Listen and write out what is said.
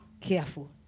careful